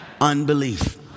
unbelief